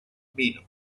vino